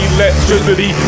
Electricity